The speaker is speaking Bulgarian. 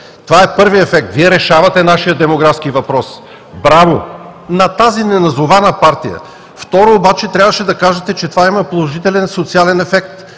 Това е първият ефект. Вие решавате нашия демографски въпрос. Браво на тази неназована партия! Трябваше обаче да кажете, че това има положителен социален ефект,